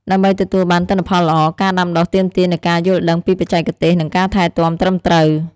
ដើម្បីទទួលបានទិន្នផលល្អ ការដាំដុះទាមទារនូវការយល់ដឹងពីបច្ចេកទេស និងការថែទាំត្រឹមត្រូវ។